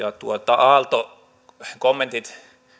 aalto kommentit